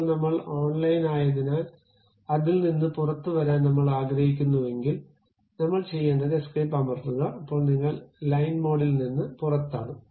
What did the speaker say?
ഇപ്പോൾ നമ്മൾ ഓൺലൈനിലായതിനാൽ അതിൽ നിന്ന് പുറത്തുവരാൻ നമ്മൾ ആഗ്രഹിക്കുന്നുവെങ്കിൽ നമ്മൾ ചെയ്യേണ്ടത് എസ്കേപ്പ് അമർത്തുക ഇപ്പോൾ നിങ്ങൾ ലൈൻ മോഡിൽ നിന്ന് പുറത്താണ്